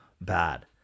bad